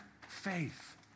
faith